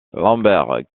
lambert